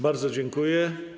Bardzo dziękuję.